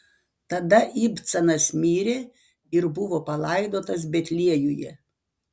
tada ibcanas mirė ir buvo palaidotas betliejuje